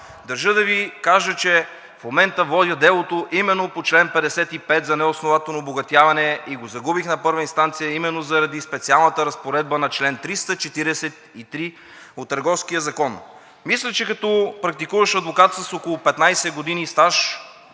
Държа да Ви кажа, че в момента водя делото именно по чл. 55 за неоснователно обогатяване и го загубих на първа инстанция именно заради специалната разпоредба на чл. 343 от Търговския закон. Мисля, че като практикуващ адвокат с около 15 години стаж